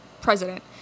president